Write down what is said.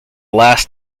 last